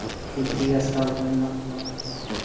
ᱛᱤᱛᱨᱤ ᱟᱥᱠᱟᱞ ᱠᱚ ᱢᱮᱱᱟᱜ ᱠᱚᱣᱟ